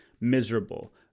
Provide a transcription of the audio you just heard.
miserable